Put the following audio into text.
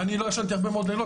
אני לא ישנתי הרבה לילות,